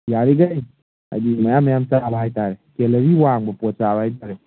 ꯌꯥꯔꯤꯉꯩ ꯍꯥꯏꯗꯤ ꯃꯌꯥꯝ ꯃꯌꯥꯝ ꯆꯥꯕ ꯍꯥꯏꯇꯥꯔꯦ ꯀꯦꯂꯣꯔꯤ ꯋꯥꯡꯕ ꯄꯣꯠ ꯆꯥꯕ ꯍꯥꯏꯇꯥꯔꯦ